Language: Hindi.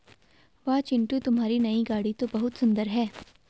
वाह चिंटू तुम्हारी नई गाड़ी तो बहुत सुंदर है